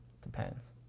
Depends